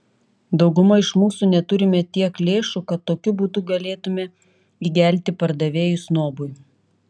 dauguma iš mūsų neturime tiek lėšų kad tokiu būdu galėtumėme įgelti pardavėjui snobui